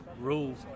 rules